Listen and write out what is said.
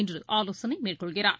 இன்ற ஆலோசனைமேற்கொள்கிறார்